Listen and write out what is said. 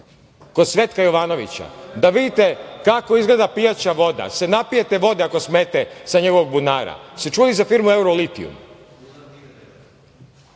kod Cvetka Jovanovića, da vidite kako izgleda pijaća voda, da se napijete vode ako smete sa njegovog bunara. Da li ste čuli za firmu „Eurolitijum“?